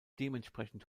dementsprechend